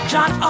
John